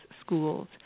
schools